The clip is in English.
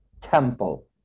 temple